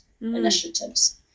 initiatives